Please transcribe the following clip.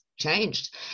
changed